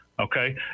Okay